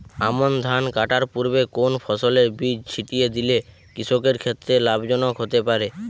আমন ধান কাটার পূর্বে কোন ফসলের বীজ ছিটিয়ে দিলে কৃষকের ক্ষেত্রে লাভজনক হতে পারে?